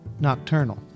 nocturnal